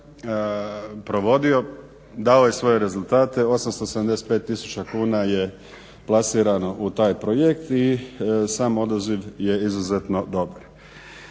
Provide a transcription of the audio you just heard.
dao je svoje rezultate, 875 tisuća kuna je plasirano u taj projekt i sam odaziv je izuzetno dobar.